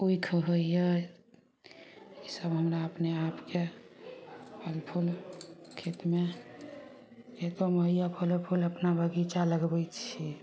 ईख होइए ई सभ हमरा अपने आपके फल फूल खेतमे खेतोमे होइए फलो फूल अपना बगीचा लगबय छी